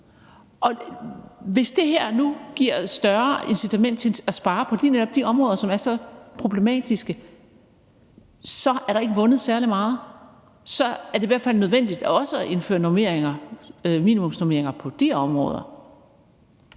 og hvis det her nu giver et større incitament til at spare på netop de områder, som er så problematiske, så er der ikke vundet særlig meget. Så er det i hvert fald nødvendigt også at indføre minimumsnormeringer på de områder.